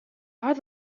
are